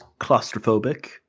claustrophobic